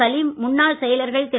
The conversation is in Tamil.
சலீம்முன்னாள் செயலர்கள் திரு